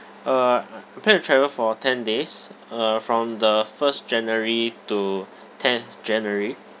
uh I I plan to travel for ten days uh from the first january to tenth january